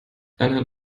einheit